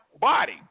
body